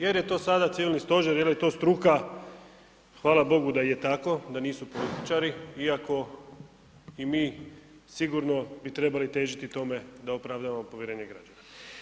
Jel je to sada Civilni stožer jel je to struka, hvala Bogu da je tako da nisu političari iako i mi sigurno bi trebali težiti tome da opravdavamo povjerenje građana.